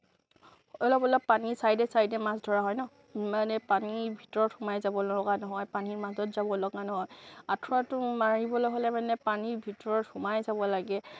অলপ অলপ পানীৰ চাইডে চাইডে মাছ ধৰা হয় ন মানে পানীৰ ভিতৰত সোমাই যাব লগা নহয় বা পানীৰ মাজত যাব লগা নহয় আঠুৱাটো মাৰিবলৈ হ'লে মানে পানীৰ ভিতৰত সোমাই যাব লাগে